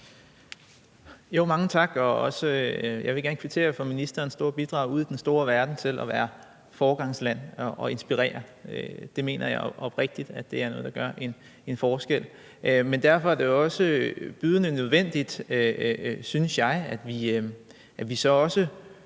Mange tak. Jeg vil gerne kvittere for ministerens store bidrag ude i den store verden ved at sørge for, at Danmark er et foregangsland, og ved at inspirere. Det mener jeg oprigtigt er noget, der gør en forskel. Derfor er det også bydende nødvendigt, synes jeg, at vi så også